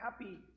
Happy